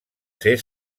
ser